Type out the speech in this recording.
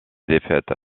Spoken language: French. défaite